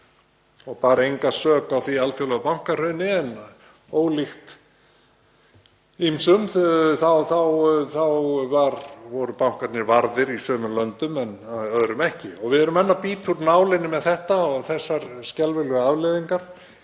og bar enga sök á því alþjóðlega bankahruni. En ólíkt ýmsum þá voru bankarnir varðir í sumum löndum en öðrum ekki og við erum enn að bíta úr nálinni með þetta og þessar skelfilegu afleiðingar.